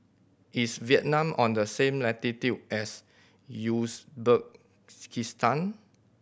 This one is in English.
is Vietnam on the same latitude as Uzbekistan